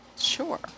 Sure